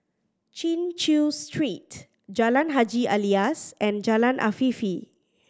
Chin Chew Street Jalan Haji Alias and Jalan Afifi